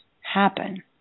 happen